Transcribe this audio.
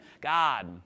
God